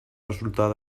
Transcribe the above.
resultar